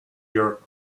europe